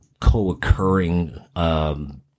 co-occurring